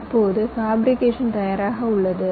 இப்போது ஃபேபிரிகேஷன் தயாராக உள்ளது